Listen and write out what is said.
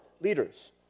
leaders